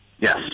Yes